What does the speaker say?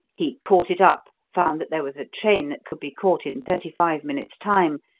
he caught it up, found that there was a train that could be caught in thirty-five minutes' time,